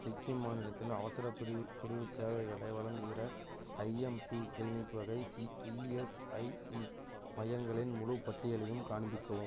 சிக்கிம் மாநிலத்தில் அவசரப் பிரிவு பிரிவுச் சேவைகளை வழங்குகிற ஐஎம்பி க்ளினிக் வகை இஎஸ்ஐசி மையங்களின் முழுப்பட்டியலையும் காண்பிக்கவும்